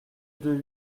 deux